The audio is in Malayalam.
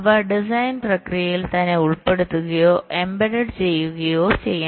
അവ ഡിസൈൻ പ്രക്രിയയിൽ തന്നെ ഉൾപ്പെടുത്തുകയോ എംബെഡഡ് ചെയ്യുകയോ ചെയ്യണം